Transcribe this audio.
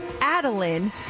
Adeline